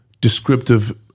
descriptive